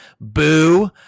Boo